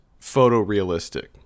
photorealistic